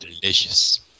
delicious